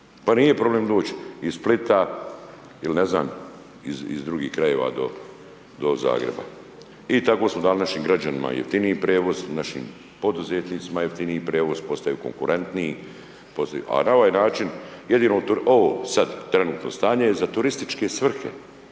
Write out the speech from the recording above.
Pa nije problem doći iz Splita ili ne znam, iz drugih krajeva do Zagreba. I tako smo dali našim građanima jeftiniji prijevoz, našim poduzetnicima jeftiniji prijevoz, postaju konkurentniji, a na ovaj način jednino ovo sad trenutno stanje je za turističke svrhe